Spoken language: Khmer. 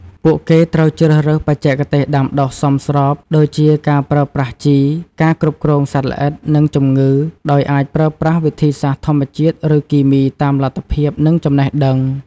ពួកគេត្រូវជ្រើសរើសបច្ចេកទេសដាំដុះសមស្រប ដូចជាការប្រើប្រាស់ជី ការគ្រប់គ្រងសត្វល្អិត និងជំងឺ ដោយអាចប្រើប្រាស់វិធីសាស្ត្រធម្មជាតិ ឬគីមី តាមលទ្ធភាព និងចំណេះដឹង។